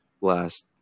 last